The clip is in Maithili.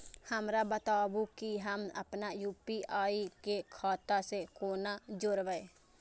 हमरा बताबु की हम आपन यू.पी.आई के खाता से कोना जोरबै?